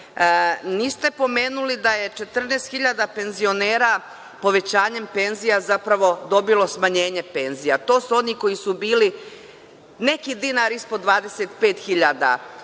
Niste pomenuli da je 14 hiljada penzionera povećanjem penzija zapravo dobilo smanjenje penzija. To su oni koji su bili neki dinar ispod 25